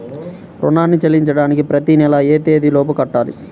రుణాన్ని చెల్లించడానికి ప్రతి నెల ఏ తేదీ లోపు కట్టాలి?